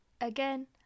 Again